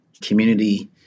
community